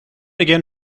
again